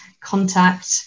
contact